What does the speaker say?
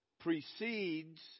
precedes